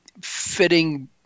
fitting